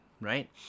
Right